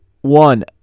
one